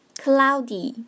cloudy